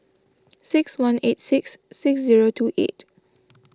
six one eight six six zero two eight